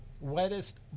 wettest